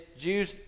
Jews